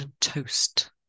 toast